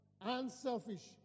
unselfish